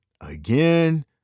again